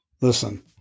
Listen